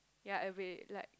ya it's be like